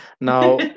Now